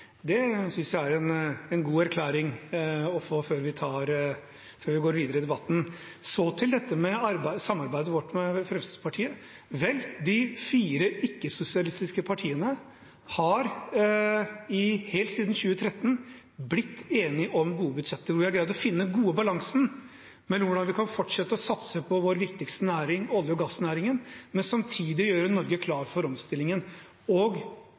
Det synes jeg er en god erklæring å få før vi går videre i debatten. Så til samarbeidet vårt med Fremskrittspartiet: De fire ikke-sosialistiske partiene har helt siden 2013 blitt enige om gode budsjetter, hvor vi har greid å finne den gode balansen mellom hvordan vi kan fortsette å satse på vår viktigste næring, olje- og gassnæringen, og samtidig gjøre Norge klar for omstillingen.